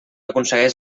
aconsegueix